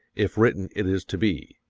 if written it is to be.